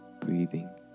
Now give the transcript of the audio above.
breathing